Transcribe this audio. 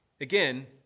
Again